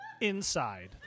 inside